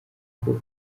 bwo